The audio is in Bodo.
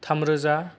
थामरोजा